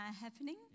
happening